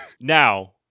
now